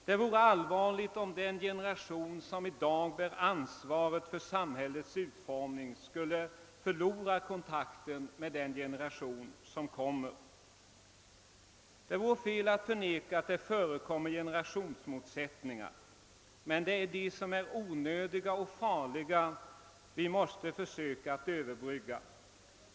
Det vore allvarligt, om den generation som i dag bär ansvaret för samhällets utformning skulle förlora kontakten med den generation som kommer. Det vore fel att förneka att det förekommer generationsmotsättningar, men det är de motsättningar som är onödiga och farliga vi måste försöka att överbrygga.